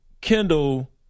Kendall